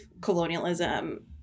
colonialism